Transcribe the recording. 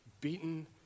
beaten